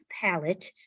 palette